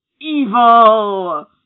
evil